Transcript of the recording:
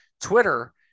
Twitter